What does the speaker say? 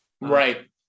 Right